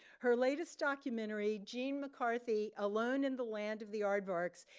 her latest documentary, gene mccarthy, alone in the land of the aardvarks,